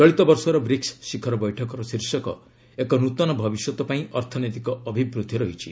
ଚଳିତ ବର୍ଷର ବ୍ରିକ୍ ଶିଖର ବୈଠକର ଶୀର୍ଷକ ଏକ ନ୍ତନ ଭବିଷ୍ୟତ ପାଇଁ ଅର୍ଥନୈତିକ ଅଭିବୃଦ୍ଧି ରହିଛି